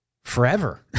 forever